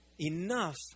enough